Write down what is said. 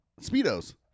Speedos